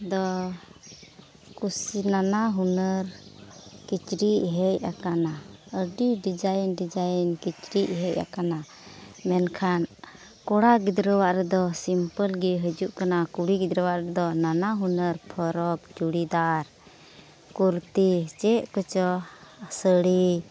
ᱫᱚ ᱱᱟᱱᱟ ᱦᱩᱱᱟᱹᱨ ᱠᱤᱪᱨᱤᱡ ᱦᱮᱡ ᱟᱠᱟᱱᱟ ᱟᱹᱰᱤ ᱰᱤᱡᱟᱭᱤᱱ ᱰᱤᱡᱟᱭᱤᱱ ᱠᱤᱪᱨᱤᱡ ᱦᱮᱡ ᱟᱠᱟᱱᱟ ᱢᱮᱱᱠᱷᱟᱱ ᱠᱚᱲᱟ ᱜᱤᱫᱽᱨᱟᱹᱣᱟᱜ ᱨᱮᱫᱚ ᱥᱤᱢᱯᱟᱹᱞ ᱜᱮ ᱦᱤᱡᱩᱜ ᱠᱟᱱᱟ ᱠᱩᱲᱤ ᱜᱤᱫᱽᱨᱟᱹᱣᱟᱜ ᱨᱮᱫᱚ ᱱᱟᱱᱟ ᱦᱩᱱᱟᱹᱨ ᱯᱷᱚᱨᱚᱠ ᱪᱩᱲᱤᱫᱟᱨ ᱠᱩᱨᱛᱤ ᱪᱮᱫ ᱠᱚᱪᱚ ᱥᱟᱹᱲᱤ